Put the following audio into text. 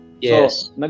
Yes